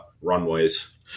runways